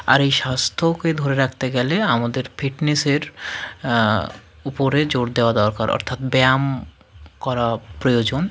আর এই স্বাস্থ্যকে ধরে রাখতে গেলে আমাদের ফিটনেসের উপরে জোর দেওয়া দরকার অর্থাৎ ব্যায়াম করা প্রয়োজন